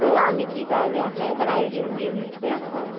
তো আমি কি তাহলে আপনার ওখানে আরেকদিন গিয়ে ভিজিট করে আসবো